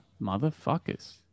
motherfuckers